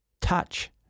touch